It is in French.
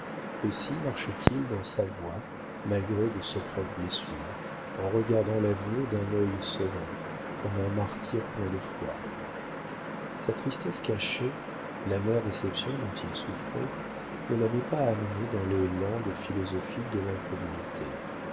aussi marchait il dans sa voie malgré de secrètes blessures en regardant l'avenir d'un œil serein comme un martyr plein de foi sa tristesse cachée l'amère déception dont il souffrait ne l'avaient pas amené dans les landes philosophiques de l'incrédulité